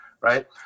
right